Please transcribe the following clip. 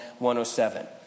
107